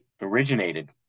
originated